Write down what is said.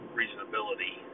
reasonability